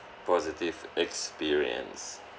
positive experience